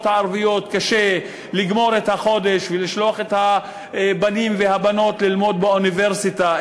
הערביות לגמור את החודש ולשלוח את הבנים והבנות ללמוד באוניברסיטה,